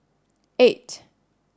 eight